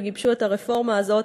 וגיבשו את הרפורמה הזאת.